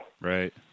Right